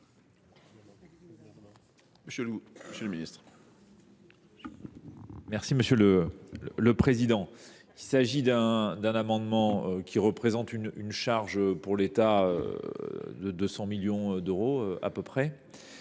monsieur le ministre.